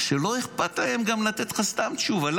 שבו לא אכפת להם גם לתת לך סתם תשובה.